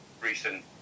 recent